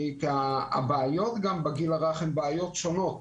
הבעיות בגיל הרך הן בעיות שונות.